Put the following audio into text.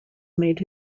made